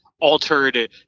altered